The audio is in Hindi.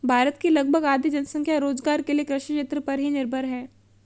भारत की लगभग आधी जनसंख्या रोज़गार के लिये कृषि क्षेत्र पर ही निर्भर है